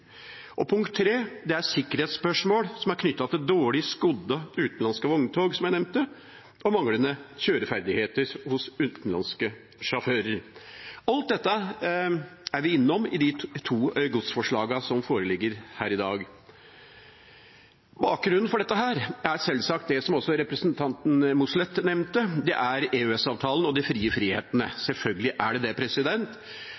tapere. Punkt tre er sikkerhetsspørsmål som er knyttet til dårlig skodde utenlandske vogntog, som jeg nevnte, og manglende kjøreferdigheter hos utenlandske sjåfører. Alt dette er vi innom i de to godsforslagene som foreligger her i dag. Bakgrunnen for dette er sjølsagt det som også representanten Mossleth nevnte: EØS-avtalen og de fire frihetene.